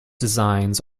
designs